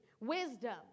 wisdom